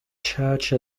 church